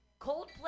Coldplay